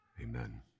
amen